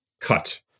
cut